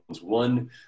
One